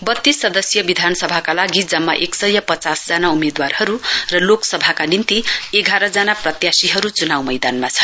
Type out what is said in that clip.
बत्तीस सदस्यीय विधानसभाका लागि जम्मा एक सय पचासजना उम्मेदवारहरू र लोकसभाका निम्ति एघारजना प्रत्याशीहरू च्नाउ मैदानमा छन्